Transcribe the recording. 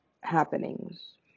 happenings